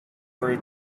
brew